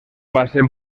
base